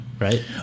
right